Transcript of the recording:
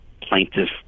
plaintiff